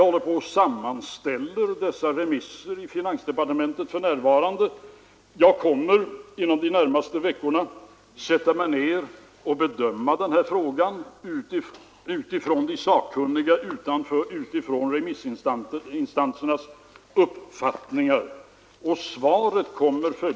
Då man rör sig med en insats värderad till 4 miljarder kronor, som resulterar i en underbalansering av budgeten av osedvanlig omfattning, skall vi vara medvetna om att i detta ligger också ett risk moment.